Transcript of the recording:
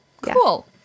Cool